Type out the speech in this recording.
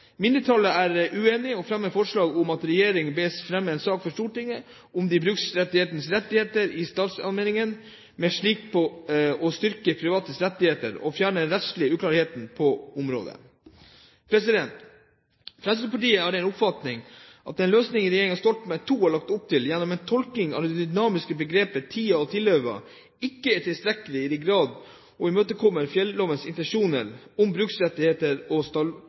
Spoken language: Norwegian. Mindretallet er uenig og fremmer forslag om at regjeringen fremmer en sak for Stortinget om de bruksberettigedes rettigheter i statsallmenningene, med sikte på å styrke privates rettigheter og fjerne den rettslige uklarheten på området. Fremskrittspartiet er av den oppfatningen at den løsningen regjeringen Stoltenberg II har lagt opp til gjennom en tolking av det dynamiske begrepet «tida og tilhøva», ikke i tilstrekkelig grad imøtekommer fjellovens intensjoner, bruksrettigheter i statsallmenninger. Fremskrittspartiet mener at bruksrettigheter i statsallmenninger ikke bare er knyttet til jordbruksmessig utnytting, eksempelvis seterdrift og